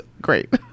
great